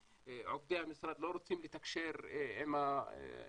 עובדי המשרד לא רוצים לתקשר עם האזרחים,